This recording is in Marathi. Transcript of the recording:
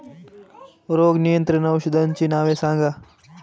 रोग नियंत्रण औषधांची नावे सांगा?